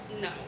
no